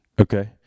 Okay